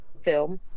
film